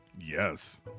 Yes